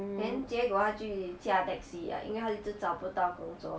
then 结果他去驾 taxi ah 因为他一直找不到工作